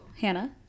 Hannah